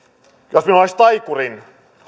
jos minulla olisi taikurin